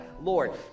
lord